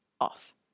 off